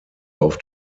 auf